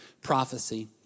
prophecy